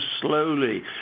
slowly